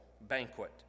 Banquet